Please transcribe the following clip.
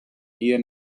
guia